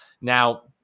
Now